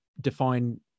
define